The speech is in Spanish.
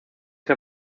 que